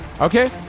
Okay